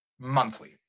Monthly